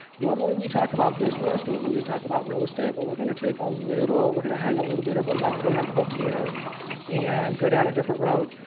normally we talk about business. normally we would talk about real estate, but we're going to take a little. we're going to hang a little bit of a left hand hook here and go down a different road.